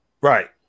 Right